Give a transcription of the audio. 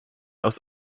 aus